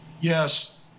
yes